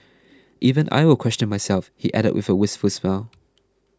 even I will question myself he added with a wistful smile